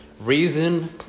Reason